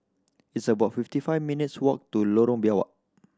it's about fifty five minutes walk to Lorong Biawak